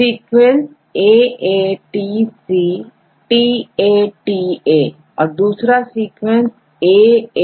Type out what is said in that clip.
sequence AATCTATA और दूसरा सीक्वेंसAAGATA